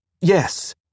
Yes